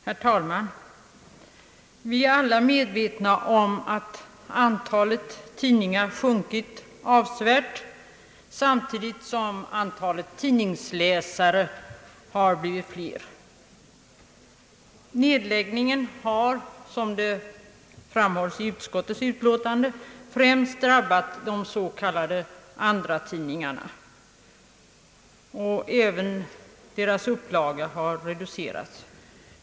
Herr talman! Vi är alla medvetna om att antalet tidningar sjunkit avsevärt, samtidigt som antalet tidningsläsare har blivit större. Nedläggningarna har, som framhålles i utskottets utlåtande, främst drabbat de s.k. andratidningarna, och även deras upplagor har reducerats.